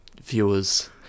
Viewers